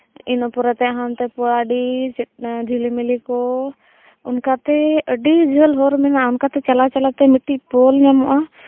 ᱤᱱᱟᱹ ᱯᱚᱨᱮ ᱛᱮ ᱦᱟᱱᱛᱮ ᱯᱚᱲᱟᱰᱤ ᱡᱷᱤᱞᱤᱢᱤᱞᱤ ᱠᱚ ᱚᱱᱠᱟᱛᱮ ᱟᱹᱰᱤ ᱡᱷᱟᱹᱞ ᱦᱚᱨ ᱢᱮᱱᱟᱜᱼᱟ ᱚᱱᱠᱟ ᱛᱮ ᱪᱟᱞᱟᱣ ᱪᱟᱞᱟᱣ ᱤᱫᱴᱮᱡ ᱯᱳᱞ ᱢᱮᱱᱟᱜᱼᱟ